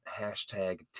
hashtag